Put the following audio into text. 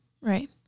Right